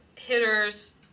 hitters